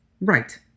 Right